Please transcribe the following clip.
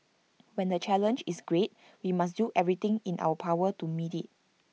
while the challenge is great we must do everything in our power to meet IT